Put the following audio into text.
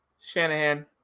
Shanahan